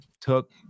took